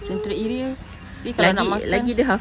central area lagi kalau nak makan